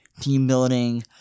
team-building